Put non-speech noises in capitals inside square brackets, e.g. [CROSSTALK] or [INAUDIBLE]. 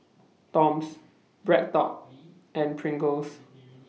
Toms BreadTalk [NOISE] and Pringles